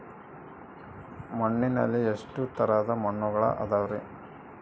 ಮಣ್ಣಿನಲ್ಲಿ ಎಷ್ಟು ತರದ ಮಣ್ಣುಗಳ ಅದವರಿ?